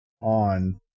on